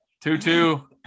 Two-two